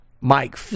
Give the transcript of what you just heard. Mike